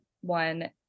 one